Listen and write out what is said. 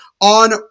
on